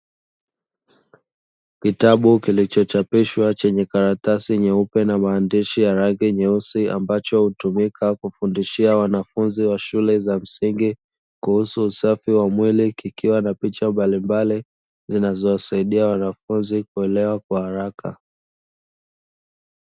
Kitabu kilichochapishwa, chenye karatasi nyeupe na maandishi ya rangi nyeusi, ambacho hutumika kufundishia wanafunzi wa shule za msingi kuhusu usafi wa mwili, kikiwa na picha mbalimbali zinazosaidia wanafunzi kuelewa kwa haraka.